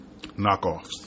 Knockoffs